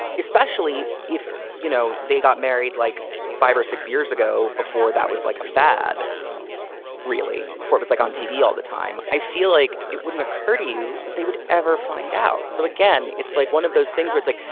especially if, you know, they got married like five or six years ago before that was like a fad really before it was like on tv all the time. i feel like it wouldn't occur to you that they would ever find out. so again, it's like one of those things with like.